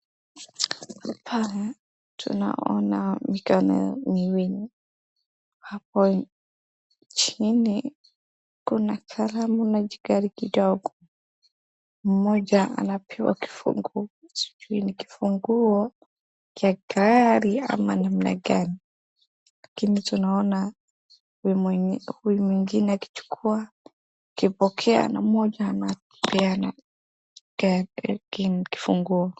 Hapa tunaona mikono miwili, hapo chini kuna kalamu na kijigari kidogo, mmoja anapewa kifunguu, sijui ni kifunguu ya gari ama namna gani, lakini tunaona huyu mwingine anachukua akipokea na mmoja anapeana kifunguu.